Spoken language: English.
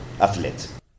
athletes